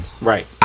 Right